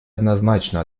однозначно